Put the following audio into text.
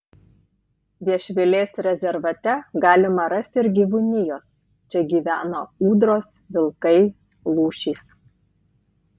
viešvilės rezervate galima rasti ir gyvūnijos čia gyvena ūdros vilkai lūšys